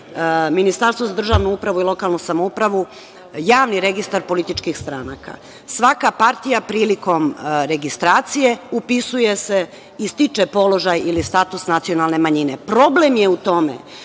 Ministarstvo za državnu upravu i lokalnu samoupravu, Javni registar političkih stranaka. Svaka partija prilikom registracije upisuje se i stiče položaj ili status nacionalne manjine. Problem je u tome